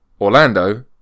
Orlando